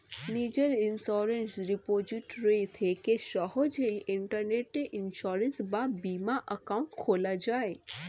নিজের insurance repository থেকে সহজেই ইন্টারনেটে ইন্সুরেন্স বা বীমা অ্যাকাউন্ট খোলা যায়